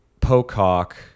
Pocock